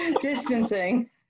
distancing